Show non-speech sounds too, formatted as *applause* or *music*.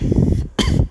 *breath*